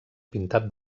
pintat